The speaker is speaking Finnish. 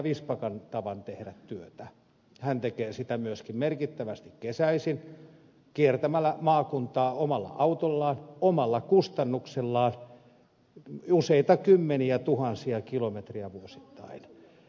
vistbackan tavan tehdä työtä hän tekee sitä merkittävästi myöskin kesäisin kiertämällä maakuntaa omalla autollaan omalla kustannuksellaan useita kymmeniätuhansia kilometrejä vuosittain